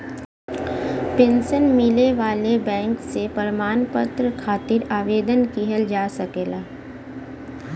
pension मिले वाले bank से प्रमाण पत्र खातिर आवेदन किहल जा सकला